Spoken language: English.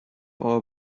our